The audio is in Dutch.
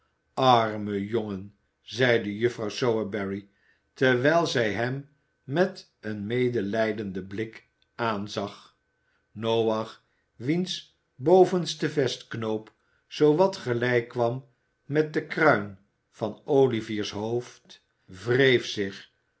arme jongen zeide juffrouw sowerberry terwijl zij hem met een medelijdenden blik aanzag noach wiens bovenste vestknoop zoo wat gelijk kwam met de kruin van olivier's hoofd wreef zich